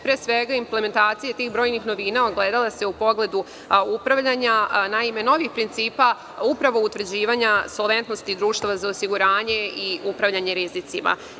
Pre svega, implementacije tih brojnih novina ogledale su se u pogledu upravljanja novih principa upravo utvrđivanja solventnosti društava za osiguranje i upravljanje rizicima.